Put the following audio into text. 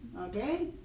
Okay